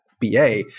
BA